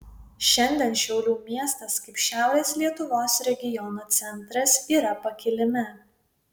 šiandien šiaulių miestas kaip šiaurės lietuvos regiono centras yra pakilime